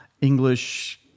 English